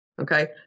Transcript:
Okay